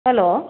hello